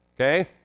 okay